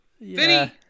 Vinny